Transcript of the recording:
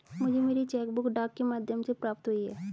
मुझे मेरी cheque book डाक के माध्यम से प्राप्त हुई है